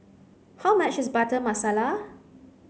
how much is butter masala